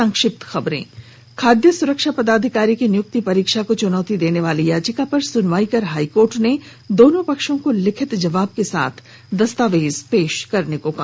संक्षिप्त खबरें खाद्य सुरक्षा पदाधिकारी की नियुक्ति परीक्षा को चुनौती देने वाली याचिका पर सुनवाई कर हाइकोर्ट ने दोनों पक्षों को लिखित जवाब के साथ दस्तावेज पेश करने को कहा है